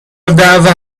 الدعوه